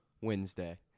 Wednesday